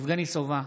יבגני סובה,